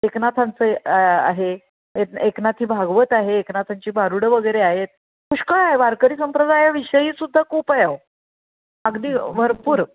एकनाथांचं आहे एक एकनाथी भागवत आहे एकनाथांची भारुडं वगैरे आहेत पुष्कळ आहे वारकरी संप्रदायाविषयी सुद्धा खूप आहे अहो अगदी भरपूर